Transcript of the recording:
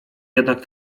jednak